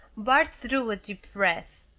bart drew a deep breath.